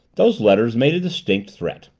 those letters made a distinct threat.